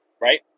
right